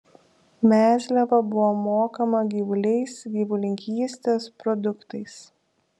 mezliava buvo mokama gyvuliais gyvulininkystės produktais